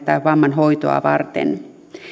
tai vamman hoitoa varten